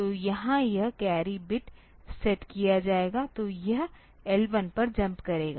तो यहां यह कैरी बिट सेट किया जाएगा तो यह L1 पर जम्प करेगा